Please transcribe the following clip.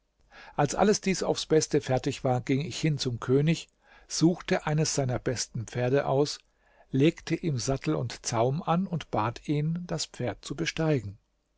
als alles dies aufs beste fertig war ging ich hin zum könig suchte eines seiner besten pferde aus legte ihm sattel und zaum an und bat ihn das pferd zu besteigen